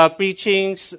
preachings